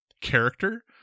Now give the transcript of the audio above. character